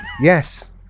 yes